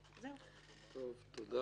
תודה.